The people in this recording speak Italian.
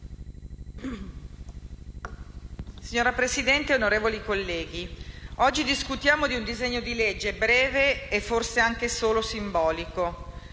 Signora Presidente e onorevoli colleghi, oggi discutiamo un disegno di legge breve e forse anche solo simbolico: